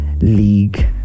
league